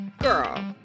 girl